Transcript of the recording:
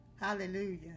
Hallelujah